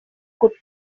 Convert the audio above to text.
could